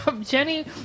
Jenny